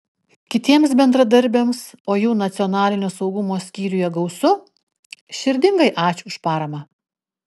kitiems bendradarbiams o jų nacionalinio saugumo skyriuje gausu širdingai ačiū už paramą